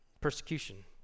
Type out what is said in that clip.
Persecution